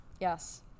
Yes